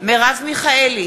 מרב מיכאלי,